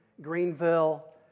Greenville